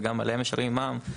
וגם עליהם משלמים מע"מ.